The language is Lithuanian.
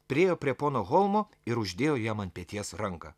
priėjo prie pono holmo ir uždėjo jam ant peties ranką